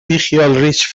ریچ